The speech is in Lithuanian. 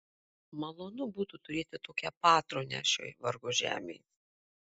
malonu būtų turėti tokią patronę šioj vargo žemėj